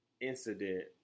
incident